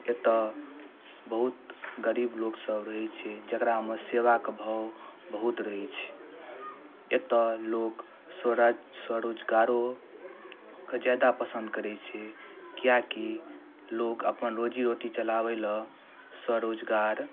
एतय बहुत गरीब लोकसभ रहै छै जकरामे सेवाके भाव बहुत रहै छै एतय लोक स्वराज स्वरोजगारोके ज्यादा पसन्द करै छै किएकि लोक अपन रोजी रोटी चलाबै लेल स्वरोजगार